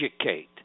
educate